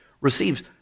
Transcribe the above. receives